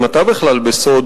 אם אתה בכלל בסוד,